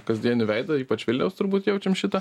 kasdienį veidą ypač vilniaus turbūt jaučiam šitą